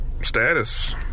status